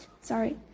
Sorry